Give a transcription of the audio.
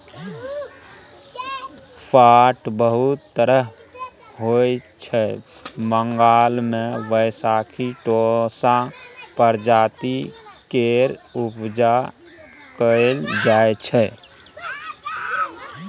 पाट बहुत तरहक होइ छै बंगाल मे बैशाखी टोसा प्रजाति केर उपजा कएल जाइ छै